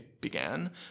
began